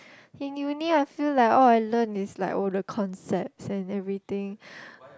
in uni I feel like all I learn is like all the concepts and everything